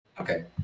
Okay